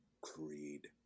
Creed